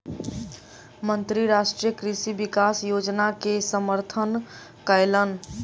मंत्री राष्ट्रीय कृषि विकास योजना के समर्थन कयलैन